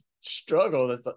struggle